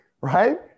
right